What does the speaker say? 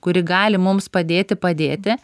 kuri gali mums padėti padėti